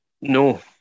No